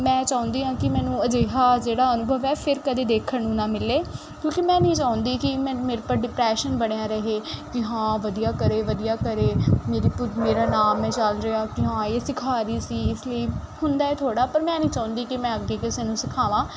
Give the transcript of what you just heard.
ਮੈਂ ਚਾਹੁੰਦੀ ਹਾਂ ਕਿ ਮੈਨੂੰ ਅਜਿਹਾ ਜਿਹੜਾ ਅਨੁਭਵ ਹੈ ਫਿਰ ਕਦੇ ਦੇਖਣ ਨੂੰ ਨਾ ਮਿਲੇ ਕਿਉਂਕਿ ਮੈਂ ਨਹੀਂ ਚਾਹੁੰਦੀ ਕਿ ਮੈਂ ਮੇਰੇ ਪਰ ਡਿਪਰੈਸ਼ਨ ਬਣਿਆ ਰਹੇ ਕਿ ਹਾਂ ਵਧੀਆ ਕਰੇ ਵਧੀਆ ਕਰੇ ਮੇਰੀ ਕੁ ਮੇਰਾ ਨਾਮ ਹੈ ਚੱਲ ਰਿਹਾ ਕਿ ਹਾਂ ਇਹ ਸਿਖਾ ਰਹੀ ਸੀ ਇਸ ਲਈ ਹੁੰਦਾ ਥੋੜ੍ਹਾ ਪਰ ਮੈਂ ਨਹੀਂ ਚਾਹੁੰਦੀ ਕਿ ਮੈ ਅੱਗੇ ਕਿਸੇ ਨੂੰ ਸਿਖਾਵਾਂ